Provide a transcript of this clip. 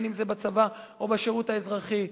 אם בצבא או בשירות האזרחי,